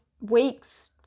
weeks